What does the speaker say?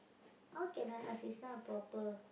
how can I ask this kind of proper